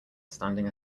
standing